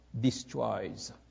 destroys